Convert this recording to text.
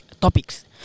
topics